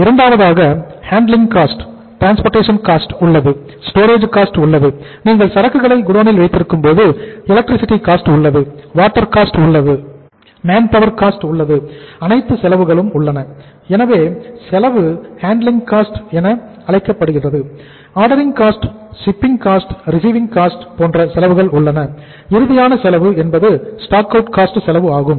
இரண்டாவதாக handling cost செலவு ஆகும்